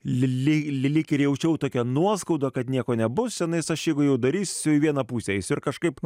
lyg lyg ir jaučiau tokią nuoskaudą kad nieko nebus čionais aš jeigu jau darysiu vieną pusę eisiu ir kažkaip